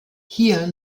hier